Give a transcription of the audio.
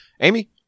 Amy